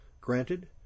Granted